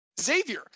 Xavier